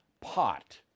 pot